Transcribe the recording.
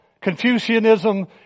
Confucianism